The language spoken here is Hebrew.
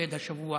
שפוקד השבוע